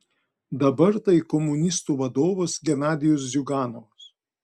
dabar tai komunistų vadovas genadijus ziuganovas